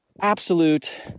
absolute